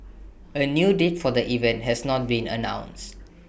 A new date for the event has not been announced